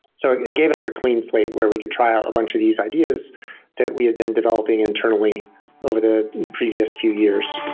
so it gave us a clean slate, where we could try out a bunch of these ideas that we had been developing internally over the previous few years